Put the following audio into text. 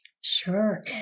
Sure